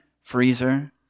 freezer